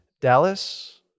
Dallas